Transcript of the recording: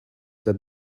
that